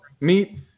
Meet